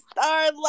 starlight